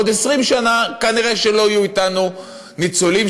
בעוד 20 שנה כנראה לא יהיו אתנו ניצולים